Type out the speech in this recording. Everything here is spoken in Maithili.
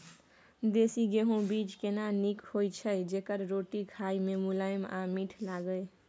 देसी गेहूँ बीज केना नीक होय छै जेकर रोटी खाय मे मुलायम आ मीठ लागय?